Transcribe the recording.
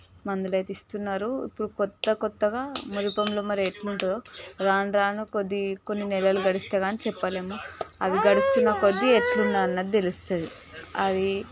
మందులైతే ఇస్తున్నారు ఇపుడు కొత్త కొత్తగా మురిపంలో మరి ఎట్ల ఉంటుందో రాను రాను కొని నెలలు గడిస్తే కానీ చెప్పలేము అవి గడుస్తున్న కొద్ది ఎట్ల ఉంది అన్నది తెలుస్తుంది